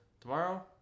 tomorrow